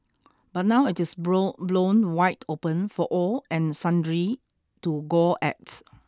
but now it is blown blown wide open for all and sundry to gawk at